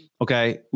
Okay